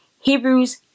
Hebrews